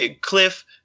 Cliff